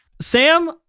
Sam